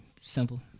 simple